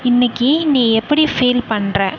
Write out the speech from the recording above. இன்னைக்கி நீ எப்படி ஃபீல் பண்ணுற